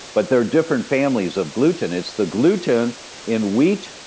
but there are different families of gluten. it's the gluten in wheat,